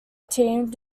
teamed